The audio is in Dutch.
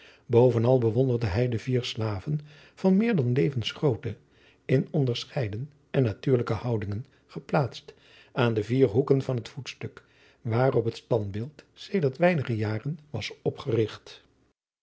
bovenal bewonderde hij de vier slaven van meer dan levensgrootte in onderscheiden en natuurlijke houdingen geplaatst aan de vier hoeken van het voetstuk waarop het standbeeld sedert weinige jaren was opgerigt